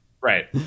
Right